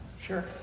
Sure